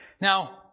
Now